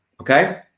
okay